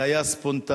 זה היה ספונטני.